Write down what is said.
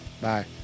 Bye